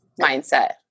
mindset